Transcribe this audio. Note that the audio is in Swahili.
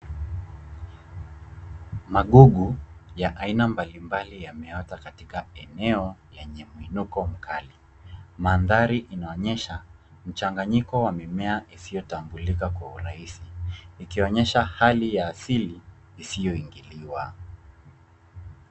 Magugu ya aina mbalimbali yameota katika eneo yenye mwinuko mkali. Mandhari inaonyesha mchanganyiko wa mimea isiyotambulika kwa urahisi, ikionyesha hali ya asili isiyoingiliwa.